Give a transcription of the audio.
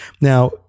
Now